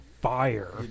fire